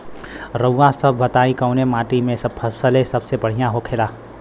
रउआ सभ बताई कवने माटी में फसले सबसे बढ़ियां होखेला?